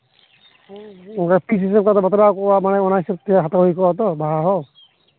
ᱫᱚᱥ ᱯᱤᱥ ᱦᱤᱥᱟᱹᱵᱛᱮ ᱟᱫᱚ ᱵᱟᱛᱨᱟᱣ ᱠᱚᱜᱼᱟ ᱢᱟᱱᱮ ᱚᱱᱟ ᱦᱤᱥᱟᱹᱵ ᱛᱮ ᱦᱟᱛᱟᱣ ᱦᱩᱭ ᱠᱚᱜᱼᱟ ᱛᱚ ᱵᱟᱦᱟ ᱦᱚᱸ